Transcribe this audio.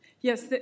Yes